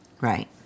Right